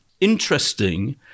interesting